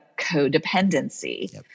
codependency